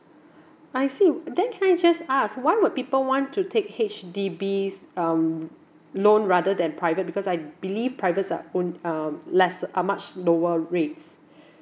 I see then can I just ask why would people want to take H_D_Bs um loan rather than private because I believe private uh own um less are much lower rates